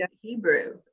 Hebrew